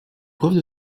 preuves